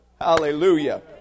Hallelujah